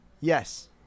Yes